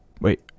wait